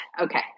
Okay